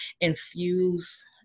infuse